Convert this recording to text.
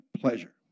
pleasure